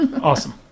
Awesome